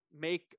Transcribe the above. make